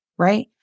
right